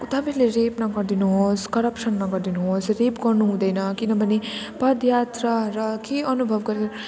तपाईँले रेप नगरिदिनु होस् करप्सन नगरिदिनु होस् रेप गर्नु हुँदैन किनभने पदयात्रा र के अनुभव गरेँ